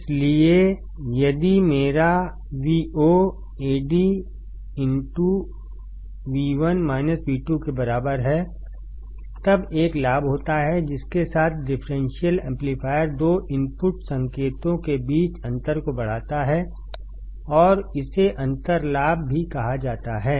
इसलिए यदि मेरा VoAd केबराबर हैतब एकलाभ होता है जिसके साथ डिफरेंशियल एम्पलीफायर दो इनपुट संकेतों के बीच अंतर को बढ़ाता है और इसे अंतर लाभ भी कहा जाता है